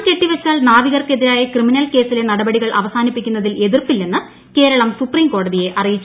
പണം കെട്ടിവച്ചാൽ നാവികർക്ക് എതിരായ ക്രിമിനൽ കേസിലെ നടപടികൾ അവസാനിപ്പിക്കുന്നതിൽ എതിർപ്പ് ഇല്ലെന്ന് കേരളം സുപ്രീം കോടതിയെ ് അറിയിച്ചു